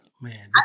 Man